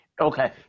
Okay